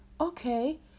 okay